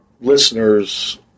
listeners